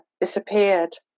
disappeared